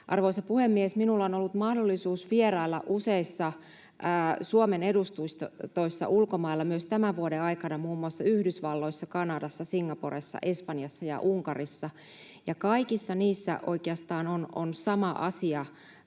Arvoisa puhemies! Minulla on ollut mahdollisuus vierailla useissa Suomen edustustoissa ulkomailla myös tämän vuoden aikana, muun muassa Yhdysvalloissa, Kanadassa, Singaporessa, Espanjassa ja Unkarissa, ja kaikissa niissä on oikeastaan sama asia